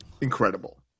incredible